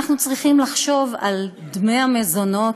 אנחנו צריכים לחשוב על דמי המזונות,